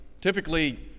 Typically